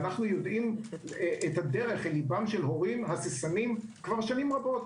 ואנו יודעים את הדרך לליבם של הורים הססנים שנים רבות.